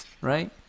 right